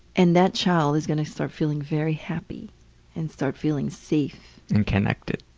and that child is gonna start feeling very happy and start feeling safe. and connected.